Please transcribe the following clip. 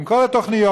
עם כל התוכניות,